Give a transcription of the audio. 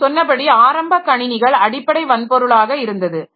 நான் சொன்னபடி ஆரம்ப கணினிகள் அடிப்படை வன்பொருளாக இருந்தது